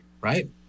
right